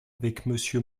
avec